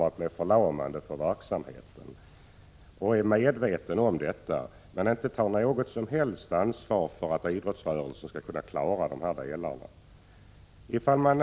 1986/87:46 «medveten om detta men tar inget som helst ansvar för att idrottsrörelsen skall 10 december 1986 kunna klara utgifterna.